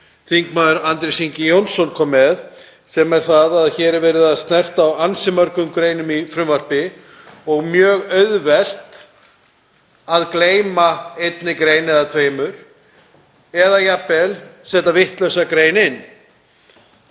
þm. Andrés Ingi Jónsson kom með, sem er það að hér er verið að snerta á ansi mörgum greinum í frumvarpinu og mjög auðvelt að gleyma einni grein eða tveimur eða jafnvel setja vitlausa grein inn.